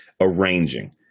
arranging